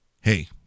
hey